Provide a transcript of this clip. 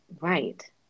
right